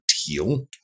teal